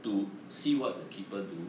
to see what the keeper do